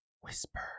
Whisper